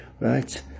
right